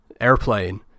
Airplane